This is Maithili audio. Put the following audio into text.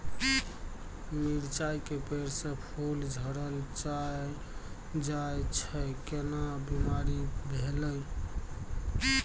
मिर्चाय के पेड़ स फूल झरल जाय छै केना बीमारी भेलई?